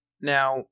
Now